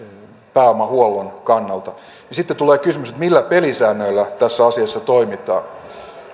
pääomahuollon kannalta sitten tulee kysymys että millä pelisäännöillä tässä asiassa toimitaan